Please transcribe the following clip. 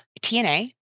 TNA